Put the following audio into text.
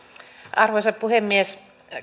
arvoisa puhemies